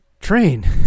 train